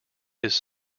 his